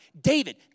David